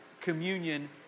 communion